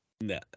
No